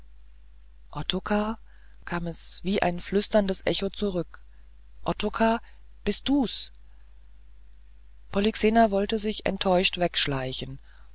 kam es wie ein geflüstertes echo zurück ottokar bist du's polyxena wollte sich enttäuscht wegschleichen